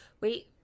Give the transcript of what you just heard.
Wait